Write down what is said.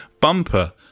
Bumper